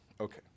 Okay